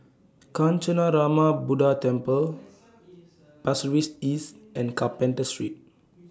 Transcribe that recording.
Kancanarama Buddha Temple Pasir Ris East and Carpenter Street